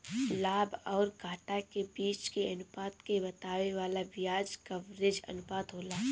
लाभ अउरी घाटा के बीच के अनुपात के बतावे वाला बियाज कवरेज अनुपात होला